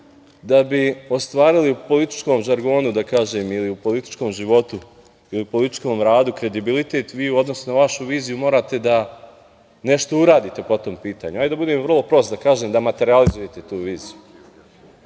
da bi ostvarili u političkom žargonu, da kažem, ili u političkom životu ili u političkom radu kredibilitet, vi u odnosu na vašu viziju morate da nešto uradite po tom pitanju, da budem vrlo prost, da materijalizujete tu viziju.